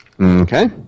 Okay